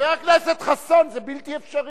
חבר הכנסת חסון, זה בלתי אפשרי.